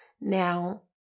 Now